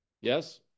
Yes